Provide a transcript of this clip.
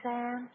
Sam